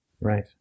Right